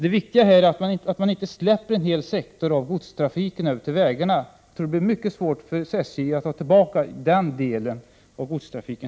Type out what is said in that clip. Det viktiga här är att man inte släpper en hel sektor av godstrafik ut på vägarna, eftersom det då blir mycket svårt för SJ att senare ta tillbaka den delen av godstrafiken.